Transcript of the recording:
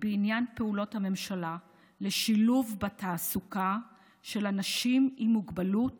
בעניין פעולות הממשלה לשילוב בתעסוקה של אנשים עם מוגבלות